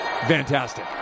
Fantastic